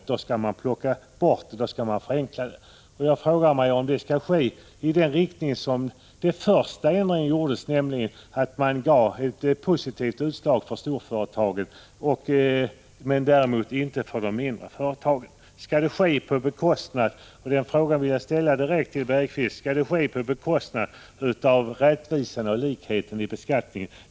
Då skall man plocka bort, då skall man förenkla. Jag frågar mig om förenklingen skall ske i samma riktning som den första ändringen gjordes i, nämligen i positiv riktning för storföretagen men inte för de mindre företagen. Jag vill ställa frågan direkt till Jan Bergqvist: Skall den här förenklingen ske på bekostnad av rättvisan och likheten i beskattningen?